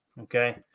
okay